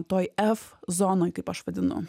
toj f zonoj kaip aš vadinu